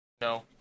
No